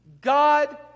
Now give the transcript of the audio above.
God